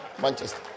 Manchester